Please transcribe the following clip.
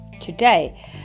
today